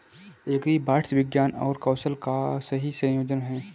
agribots विज्ञान और कौशल का सही संयोजन हैं